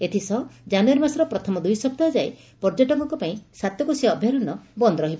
ଏଥି ସହ ଜାନୁୟାରୀ ମାସର ପ୍ରଥମ ଦୂଇ ସପ୍ତାହ ଯାଏ ପର୍ଯ୍ୟଟକଙ୍କ ପାଇଁ ସାତକୋଶିଆ ଅଭୟାରଣ୍ୟ ବନ୍ଦ ରହିବ